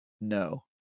no